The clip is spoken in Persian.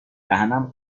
دهنم